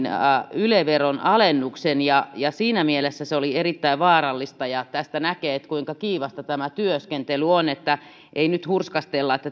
yle veron alennuksen ja ja siinä mielessä se oli erittäin vaarallista ja tästä näkee kuinka kiivasta tämä työskentely on että ei nyt hurskastella että